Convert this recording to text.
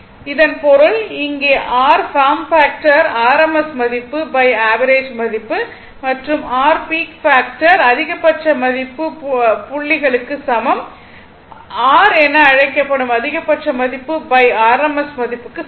இதன் பொருள் இங்கே r பார்ம் பாக்டர் ஆர்எம்எஸ் மதிப்பு ஆவரேஜ் மதிப்பு மற்றும் r பீக் பாக்டர் அதிகபட்ச மதிப்பு புள்ளி புள்ளிகளுக்கு சமம் r என அழைக்கப்படும் அதிகபட்ச மதிப்பு ஆர்எம்எஸ் மதிப்புக்கு சமம்